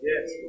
Yes